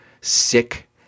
sick